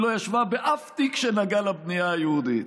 והיא לא ישבה באף תיק שנגע לבנייה היהודית.